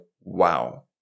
wow